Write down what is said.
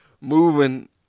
Moving